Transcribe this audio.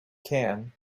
can